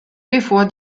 bevor